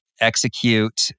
execute